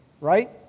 right